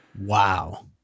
Wow